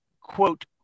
quote